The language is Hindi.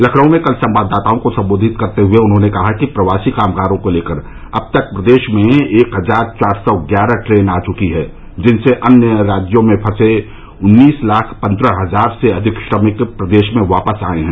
लखनऊ में कल संवाददाताओं को सम्बोधित करते हुए उन्होंने कहा कि प्रवासी कामगारों को लेकर अब तक प्रदेश में एक हजार चार सौ ग्यारह ट्रेन आ चुकी हैं जिनसे अन्य राज्यों में फंसे उन्नीस लाख पन्द्रह हजार से अधिक श्रमिक प्रदेश में वापस आए हैं